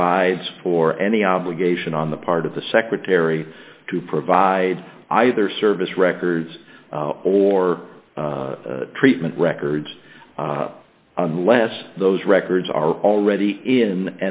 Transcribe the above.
provides for any obligation on the part of the secretary to provide either service records or treatment records unless those records are already in